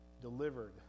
delivered